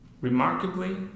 Remarkably